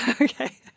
Okay